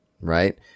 right